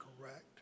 correct